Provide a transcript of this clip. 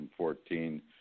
2014